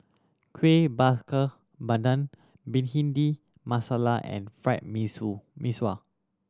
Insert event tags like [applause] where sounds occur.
Kuih Bakar Pandan Bhindi Masala and fried mee [unintelligible] Mee Sua